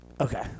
Okay